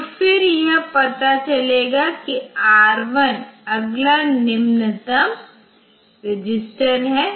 तो फिर यह पता चलेगा कि R1 अगला निम्नतम रजिस्टर है